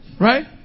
Right